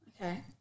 Okay